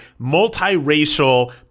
multiracial